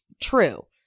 True